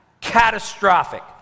Catastrophic